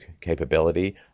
capability